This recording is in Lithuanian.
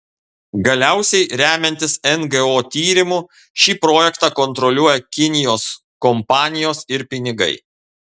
galiausiai remiantis ngo tyrimu šį projektą kontroliuoja kinijos kompanijos ir pinigai